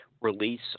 release